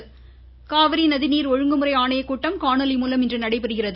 காவிரி காவிரி நதி நீர் ஒழுங்குமுறை ஆணையக்கூட்டம் காணொலி மூலம் இன்று நடைபெறுகிறது